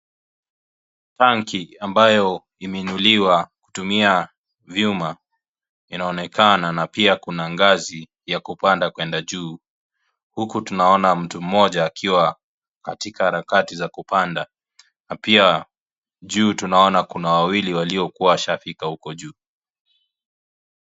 Tangi ambayo imeinuliwa kutumia vyuma, inaonekana na pia kuna ngazi ya kupanda kuenda juu, uku tunaona mtu mmoja akiwa katika harakati za kupanda na pia juu tunaona kuna wawili waliokuwa washafika uko juu.